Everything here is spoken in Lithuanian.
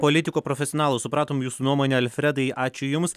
politikų profesionalų supratom jūsų nuomonę alfredai ačiū jums